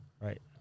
right